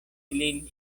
lin